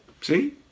See